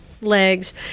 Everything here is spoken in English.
legs